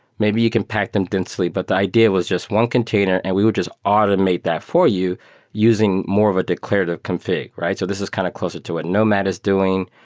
maybe you can pack them densely, but the idea was just one container and we would just automate that for you using more of a declarative confi g, right? so this is kidn kind of closer to a nomad is doing.